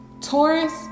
Taurus